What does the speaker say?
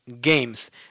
Games